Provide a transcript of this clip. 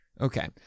Okay